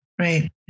Right